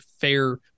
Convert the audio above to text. fair